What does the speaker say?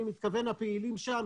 אני מתכוון לפעילים שם,